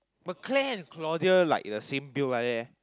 but Claire and Claudia like the same build like that eh